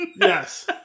Yes